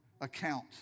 account